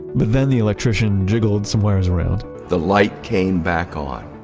but then the electrician jiggled some wires around the light came back on.